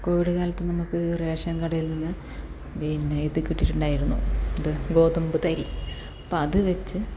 Covid കാലത്ത് നമുക്ക് ration കടയിൽ നിന്ന് പിന്നെ ഇത് കിട്ടിയിട്ടുണ്ടായിരുന്നു ഇത് ഗോതമ്പ് തരി അപ്പം അത് വെച്ച്